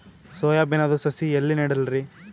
Soya ಬಿನದು ಸಸಿ ಎಲ್ಲಿ ನೆಡಲಿರಿ?